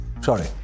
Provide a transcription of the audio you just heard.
Sorry